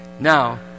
Now